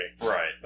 Right